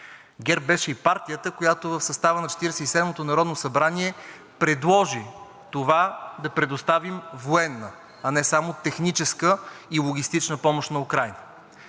ГЕРБ беше и партията, която в състава на Четиридесет и седмото народно събрание предложи да предоставим военна, а не само техническа и логистична помощ на Украйна.